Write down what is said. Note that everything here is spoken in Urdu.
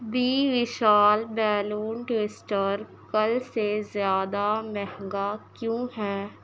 بی وشال بیلون ٹوئسٹر کل سے زیادہ مہنگا کیوں ہے